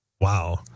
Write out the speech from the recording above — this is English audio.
Wow